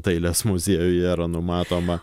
dailės muziejuje yra numatoma